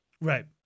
Right